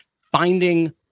finding